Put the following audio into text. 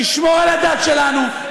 נשמור על הדת שלנו,